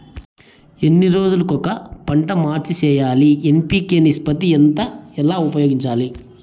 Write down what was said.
ఎన్ని రోజులు కొక పంట మార్చి సేయాలి ఎన్.పి.కె నిష్పత్తి ఎంత ఎలా ఉపయోగించాలి?